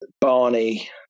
Barney